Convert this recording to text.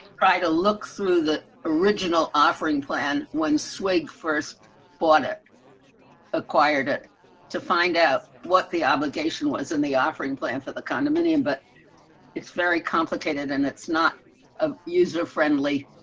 try to look through the original offering plan when swig first bought it acquired it to find out what the obligation was in the offering plan for the condominium, but it's very complicated. and it's not a user friendly.